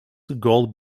gold